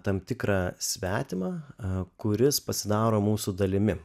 tam tikrą svetimą kuris pasidaro mūsų dalimi